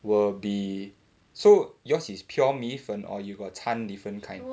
will be so yours is pure 米粉 or you got 参 different kind